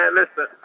listen